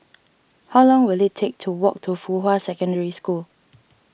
how long will it take to walk to Fuhua Secondary School